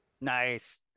Nice